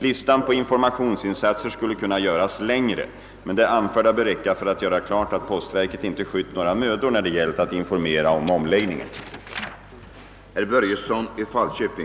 Listan på informationsinsatser skulle kunna göras längre, men det anförda bör räcka för att göra klart, att postverket inte skytt några mödor, när det gällt att informera om omläggningen.